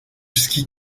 ski